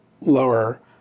lower